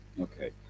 Okay